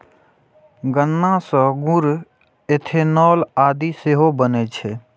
गन्ना सं गुड़, इथेनॉल आदि सेहो बनै छै